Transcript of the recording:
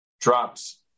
drops